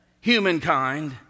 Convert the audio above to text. humankind